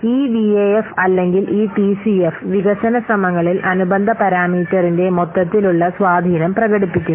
ഈ വിഎഎഫ് അല്ലെങ്കിൽ ഈ ടിസിഎഫ് വികസന ശ്രമങ്ങളിൽ അനുബന്ധ പാരാമീറ്ററിന്റെ മൊത്തത്തിലുള്ള സ്വാധീനം പ്രകടിപ്പിക്കുന്നു